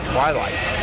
Twilight